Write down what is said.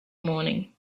morning